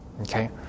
okay